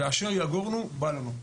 ובאשר יגורנו בא לנו.